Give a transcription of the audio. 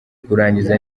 kurangiza